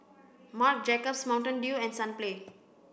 Marc Jacobs Mountain Dew and Sunplay